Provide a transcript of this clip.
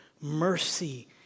mercy